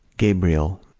gabriel,